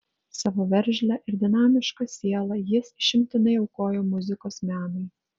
savo veržlią ir dinamišką sielą jis išimtinai aukojo muzikos menui